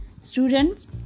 Students